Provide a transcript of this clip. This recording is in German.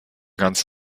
ganz